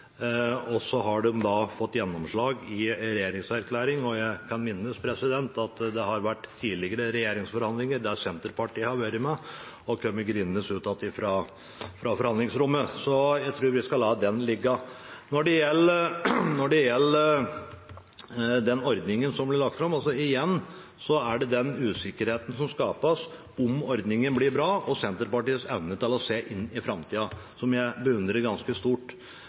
forhandlingsrommet, så jeg tror vi skal la det ligge. Til den ordningen som blir lagt fram: Igjen er det den usikkerheten som skapes om ordningen blir bra, og Senterpartiets evne til å se inn i framtida, som jeg beundrer ganske